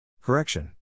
Correction